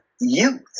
youth